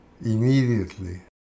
immediately